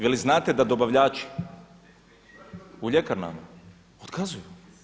Je li znate da dobavljači u ljekarnama otkazuju?